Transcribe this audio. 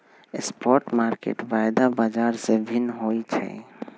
spot market वायदा बाजार से भिन्न होइ छइ